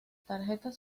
tarjetas